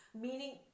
Meaning